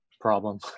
problem